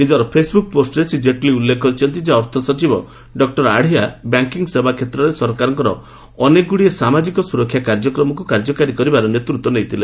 ନିକର ଫେସବୁକ୍ ପୋଷ୍ଟରେ ଶ୍ରୀ ଜେଟଲୀ ଉଲ୍ଲେଖ କରିଛନ୍ତି ଯେ ଅର୍ଥ ସଚିବ ଡକ୍କର ଆଡିଆ ବ୍ୟାଙ୍କିଙ୍ଗ ସେବା ମାଧ୍ୟମରେ ସରକାରଙ୍କର ଅନେକ ଗୁଡ଼ିକ ସାମାଜିକ ସୁରକ୍ଷା କାର୍ଯ୍ୟକ୍ରମକୁ କାର୍ଯ୍ୟକାରୀ କରିବାରେ ନେତୃତ୍ୱ ନେଇଥିଲେ